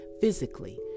physically